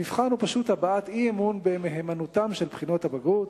המבחן הוא פשוט הבעת אי-אמון במהימנותן של בחינות הבגרות.